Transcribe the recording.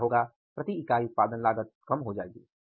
तो क्या होगा प्रति इकाई उत्पादन लागत कम हो जाएगी